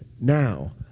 now